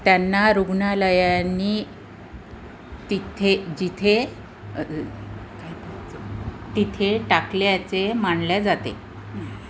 त्यांना रुग्णालयांनी तिथे जिथे तिथे टाकल्याचे मांडल्या जाते